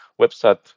website